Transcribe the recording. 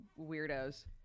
weirdos